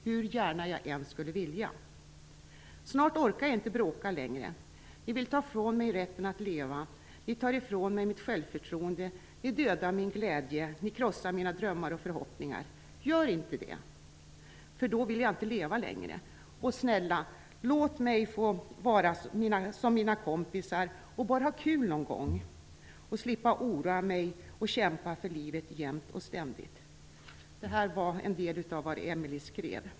Hur gärna jag än skulle vilja. Snart orkar jag inte bråka längre. Ni vill ta ifrån mig rätten att leva, ni tar ifrån mig mitt självförtroende, ni dödar min glädje, ni krossar mina drömmar och förhoppningar. Gör inte det. För då vill jag inte leva längre. Och snälla låt mig få vara som mina kompisar och bara ha kul någon gång och slippa oroa mig och kämpa för livet jämt och ständigt". Det här var en del av vad Emelie skrev.